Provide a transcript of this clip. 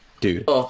dude